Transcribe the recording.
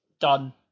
done